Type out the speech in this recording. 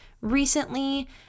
recently